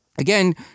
Again